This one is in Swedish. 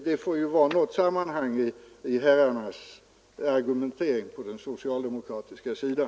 Det bör väl vara något sammanhang i argumenteringen på den socialdemokratiska sidan.